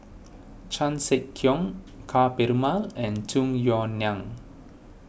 Chan Sek Keong Ka Perumal and Tung Yue Nang